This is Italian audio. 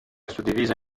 suddivisa